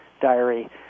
diary